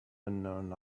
unknown